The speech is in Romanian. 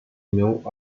meu